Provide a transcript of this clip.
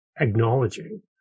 acknowledging